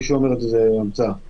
מי שאומר את זה, שיידע שזאת המצאה.